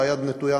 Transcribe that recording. והיד נטויה,